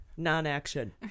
Non-action